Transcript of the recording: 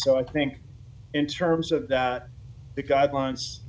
so i think in terms of doubt the guidelines